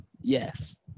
Yes